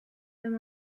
wenn